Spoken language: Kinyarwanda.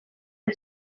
uwa